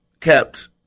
kept